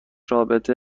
رابطه